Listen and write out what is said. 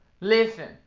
listen